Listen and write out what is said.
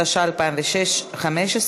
התשע"ה 2015,